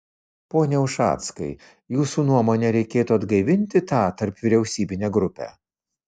pone ušackai jūsų nuomone reikėtų atgaivinti tą tarpvyriausybinę grupę